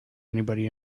anybody